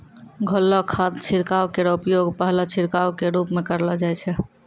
घोललो खाद छिड़काव केरो उपयोग पहलो छिड़काव क रूप म करलो जाय छै